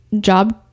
job